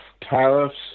tariffs